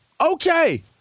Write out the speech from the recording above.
Okay